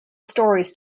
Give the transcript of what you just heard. stories